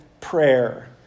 prayer